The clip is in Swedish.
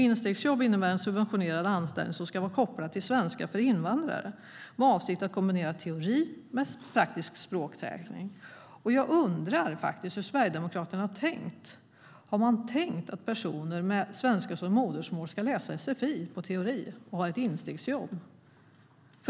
Instegsjobb innebär en subventionerad anställning som ska vara kopplad till svenska för invandrare, med avsikt att kombinera teori med praktisk språkträning. Jag undrar faktiskt hur Sverigedemokraterna har tänkt. Har man tänkt att personer med svenska som modersmål ska läsa sfi och teori och ha ett instegsjobb?